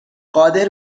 قادر